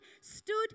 stood